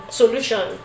solution